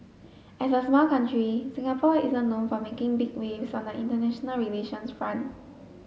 as a small country Singapore isn't known for making big waves on the international relations front